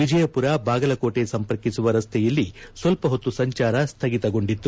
ವಿಜಯಪುರ ಬಾಗಲಕೋಟೆ ಸಂಪರ್ಕಿಸುವ ರಸ್ತೆಯಲ್ಲಿ ಸ್ವಲ್ಲ ಹೊತ್ತು ಸಂಚಾರ ಸ್ಲಗಿತಗೊಂಡಿತ್ತು